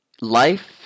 Life